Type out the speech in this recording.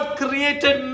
created